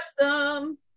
Awesome